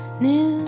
new